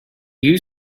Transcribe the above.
you